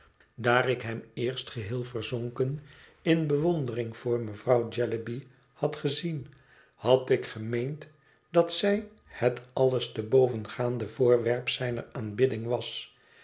daar ik hem eerst geheel verzonken in bewondering voor mevrouw jellyby had gezien had ik gemeend dat zij het alles te boven gaande voorwerp zijner aanbidding was